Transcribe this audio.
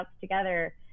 together